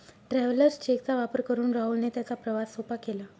travellers cheque चा वापर करून राहुलने त्याचा प्रवास सोपा केला